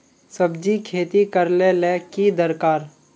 सब्जी खेती करले ले की दरकार?